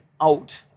out